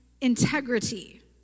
integrity